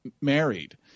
married